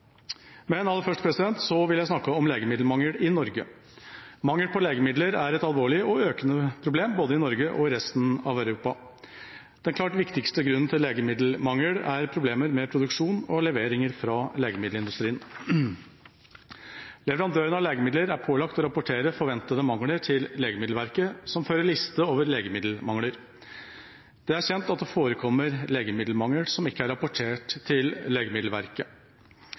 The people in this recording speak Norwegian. Men aller først vil jeg snakke om legemiddelmangel i Norge. Mangel på legemidler er et alvorlig og økende problem både i Norge og i resten av Europa. Den klart viktigste grunnen til legemiddelmangel er problemer med produksjon og leveringer fra legemiddelindustrien. Leverandørene av legemidler er pålagt å rapportere forventede mangler til Legemiddelverket, som fører liste over legemiddelmangler. Det er kjent at det forekommer legemiddelmangel som ikke er rapportert til Legemiddelverket.